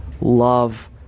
love